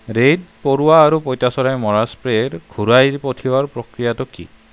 raid পৰুৱা আৰু পঁইতাচৰাই মৰা স্প্ৰেৰ ঘূৰাই পঠিওৱাৰ প্ৰক্ৰিয়াটো কি